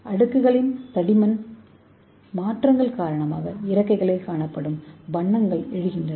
அடுக்குகளின் தடிமன் மாற்றங்கள் காரணமாக இறக்கைகளில் காணப்படும் வண்ணங்கள் எழுகின்றன